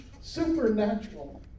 supernatural